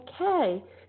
Okay